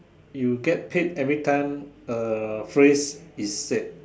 you get paid every time a phrase is said